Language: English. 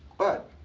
but